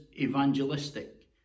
evangelistic